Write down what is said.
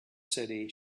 city